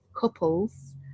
couples